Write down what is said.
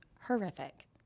horrific